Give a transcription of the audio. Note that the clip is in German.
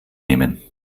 nehmen